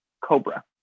Cobra